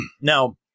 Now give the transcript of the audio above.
Now